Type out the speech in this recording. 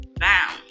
bound